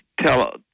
Tell